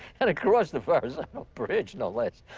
and across the verrazano bridge, no less.